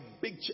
big